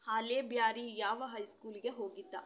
ಹಾಲೆ ಬ್ಯಾರಿ ಯಾವ ಹೈಸ್ಕೂಲಿಗೆ ಹೋಗಿದ್ದ